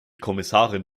kommissarin